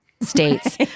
states